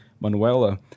Manuela